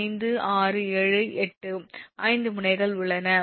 45678 5 முனைகள் உள்ளன